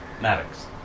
Maddox